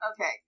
Okay